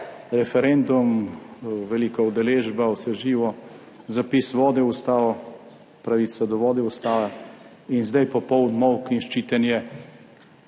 referendum, velika udeležba, vse živo, zapis vode v ustavo, pravica do vode, ustava. In zdaj popoln molk in ščitenje